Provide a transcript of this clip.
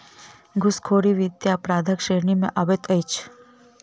घूसखोरी वित्तीय अपराधक श्रेणी मे अबैत अछि